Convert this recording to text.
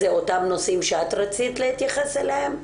זה אותם נושאים שאת רצית להתייחס אליהם?